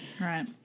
Right